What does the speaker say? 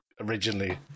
originally